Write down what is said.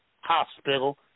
hospital